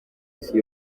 isi